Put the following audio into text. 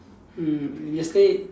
mm yesterday